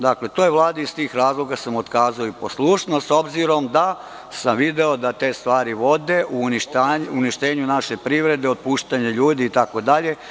Dakle, toj Vladi iz tih razloga sam otkazao i poslušnost, s obzirom da sam video da te stvari vode u uništenju naše privrede, otpuštanju ljudi, itd.